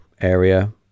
area